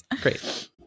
Great